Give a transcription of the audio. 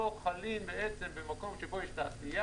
לא חלים בעצם במקום שבו יש תעשייה,